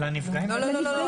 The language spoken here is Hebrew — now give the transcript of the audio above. לא, לא.